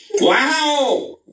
Wow